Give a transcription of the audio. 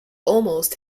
almost